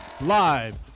live